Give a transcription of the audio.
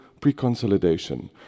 pre-consolidation